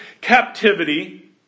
captivity